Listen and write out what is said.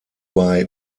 bei